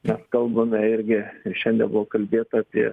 mes kalbame irgi ir šiandien buvo kalbėta apie